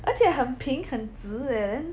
而且很平很直 leh